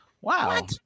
Wow